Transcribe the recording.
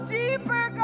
deeper